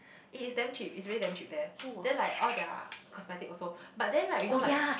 it is damn cheap it's really damn cheap there then like all their cosmetic also but then right you know like